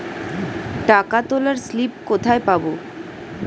টাকা তোলার স্লিপ কোথায় পাব?